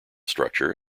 structure